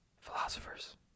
philosophers